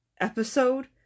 episode